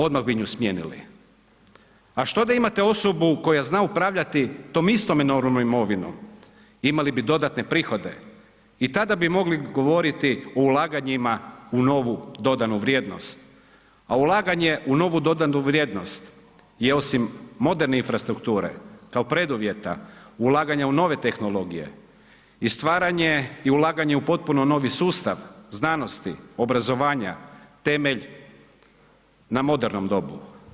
Odmah bi ju smijenili, a što da imate osobu koja zna upravljati tom enormnom imovinom, imali bi dodatne prihode i tada bi mogli govoriti o ulaganjima u novu dodanu vrijednost, a ulaganje u novu dodanu vrijednost je osim moderne infrastrukture kao preduvjeta, ulaganje u nove tehnologije i stvaranje i ulaganje u potpuno novi sustav znanosti, obrazovanja, temelj na modernom dobu.